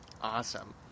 awesome